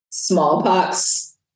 smallpox